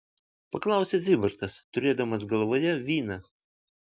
paklausė zybartas turėdamas galvoje vyną